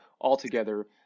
altogether